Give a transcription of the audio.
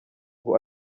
ngo